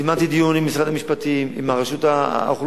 זימנתי דיון עם משרד המשפטים, עם רשות האוכלוסין,